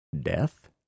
death